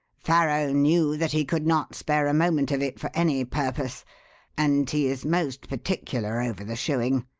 farrow knew that he could not spare a moment of it for any purpose and he is most particular over the shoeing.